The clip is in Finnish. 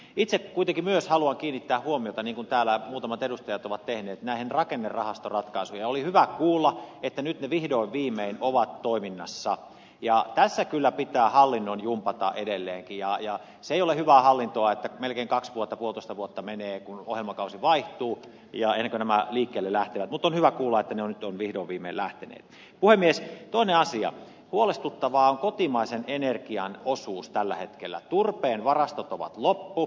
itse kuitenkin myös haluan kiinnittää huomiotani täällä muutamat edustajat ovat tehneet näin rakennerahastoratkaisuja oli hyvä kuulla että nyt vihdoin viimein ovat toiminnassa ja äse kyllä pitää hallinnon jumpata edelleenkin ajaa se ei ole hyvää hallintoa että melkein kaksi vuotta kulutusta vuotta menee kun ohjelmakausi vaihtuu ja erkanemaan liikkeellelähtöä tutuilla kuulaitten on vihdoin viimein lähteneet puhemies ja toinen asia huolestuttavaa kotimaisen energian osuus tällä hetkellä turpeen varastot ovat loppu